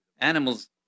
Animals